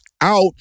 out